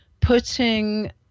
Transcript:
putting